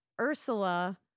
Ursula